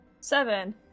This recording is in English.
Seven